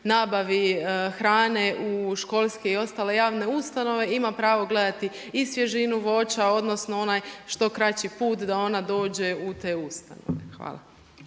nabavi hrane u školske i ostale javne ustanove ima pravo gledati i svježinu voća, odnosno onaj što kraći put da ona dođe u te ustanove. Hvala.